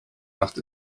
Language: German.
macht